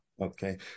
Okay